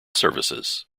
services